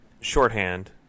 shorthand